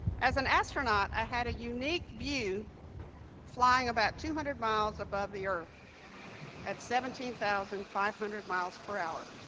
as an astronaut, i had a unique view flying about two hundred miles above the earth at seventeen thousand five hundred miles per hour.